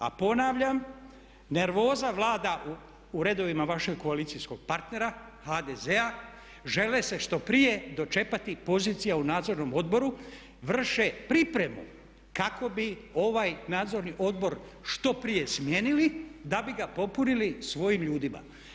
A ponavljam nervoza vlada u redovima vašeg koalicijskog partnera HDZ-a, žele se što prije dočepati pozicija u Nadzornom odboru, vrše pripremu kako bi ovaj Nadzorni odbor što prije smijenili da bi ga popunili svojim ljudima.